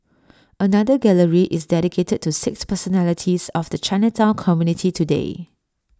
another gallery is dedicated to six personalities of the Chinatown community today